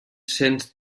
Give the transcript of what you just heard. cents